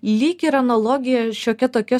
lyg ir analogija šiokia tokia